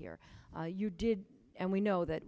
here you did and we know that